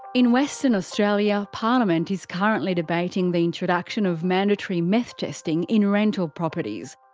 in western australia, parliament is currently debating the introduction of mandatory meth testing in rental properties.